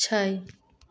छै